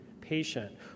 patient